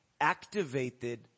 activated